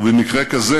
ובמקרה כזה,